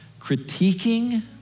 critiquing